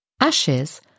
Ashes